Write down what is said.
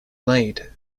blade